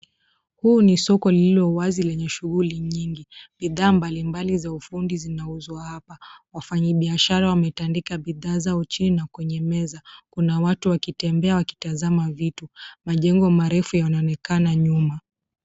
Huu ni soko lililo wazi lenye shughuli nyingi. Bidhaa mbalimbali za ufundi zinauzwa hapa. Wafanyibiashara wametandika bidhaa zao chini na kwenye meza. Kuna watu wakitembea wakitazama vitu. Majengo marefu yanaonekana nyuma.